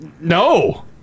No